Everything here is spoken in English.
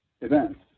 events